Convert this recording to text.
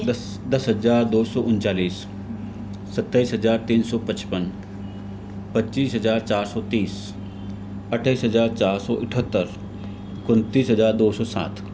दस दस हज़ार दो सौ उनचालीस सत्ताईस हज़ार तीन सौ पचपन पच्चीस हज़ार चार सौ तीस अट्ठाईस हज़ार चार सौ अठहत्तर उनतीस हज़ार दो सौ सात